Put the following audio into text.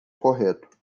correto